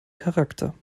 charakter